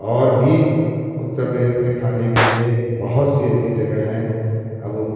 और भी उत्तर प्रदेश में खाने के लिए बहुत सी ऐसी जगह हैं अब उन